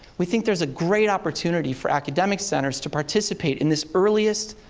we think there's a great opportunity for academic centers to participate in this earliest,